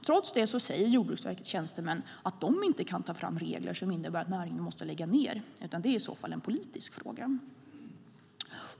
Trots det säger Jordbruksverkets tjänstemän att de inte kan ta fram regler som innebär att näringen måste lägga ned, utan det är i så fall en politisk fråga.